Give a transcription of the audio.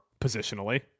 positionally